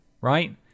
Right